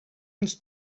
ens